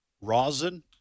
rosin